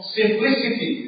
simplicity